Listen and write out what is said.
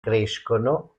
crescono